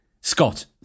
Scott